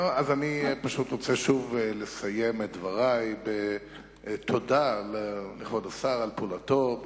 אני רוצה לסיים את דברי בתודה לכבוד השר על פעולתו.